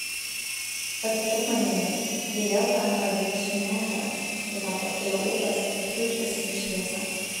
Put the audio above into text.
patikėk manimi ji vėl tampa dvidešimtmetė kai tau pakyla ūpas ir tu užgesini šviesą